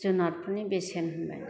जुनारफोरनि बेसेन होन्नाय